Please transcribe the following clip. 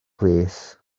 plîs